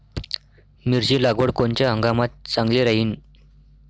मिरची लागवड कोनच्या हंगामात चांगली राहीन?